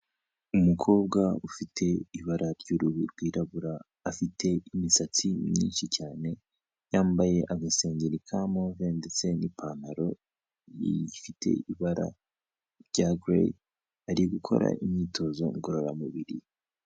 Umukobwa ufite ibara ry'uruhu rwirabura, afite imisatsi myinshi cyane, yambaye agasengeri ka move ndetse n'ipantaro ifite ibara rya gereyi, ari gukora imyitozo ngororamubiri.